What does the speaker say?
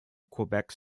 quebec